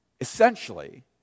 essentially